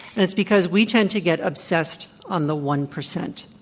and it's because we tend to get obsessed on the one percent,